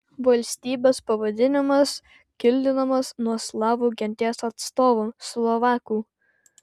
valstybės pavadinimas kildinamas nuo slavų genties atstovų slovakų